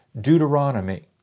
deuteronomy